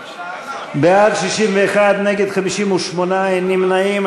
בעד, 61, נגד, 58, אין נמנעים.